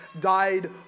died